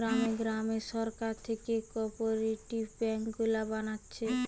গ্রামে গ্রামে সরকার থিকে কোপরেটিভ বেঙ্ক গুলা বানাচ্ছে